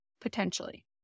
potentially